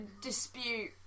dispute